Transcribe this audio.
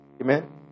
Amen